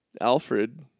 alfred